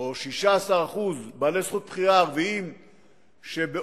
או על 16% בעלי זכות בחירה ערבים שבאופן